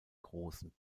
großen